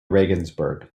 regensburg